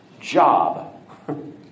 job